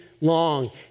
long